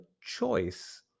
choice